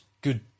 Good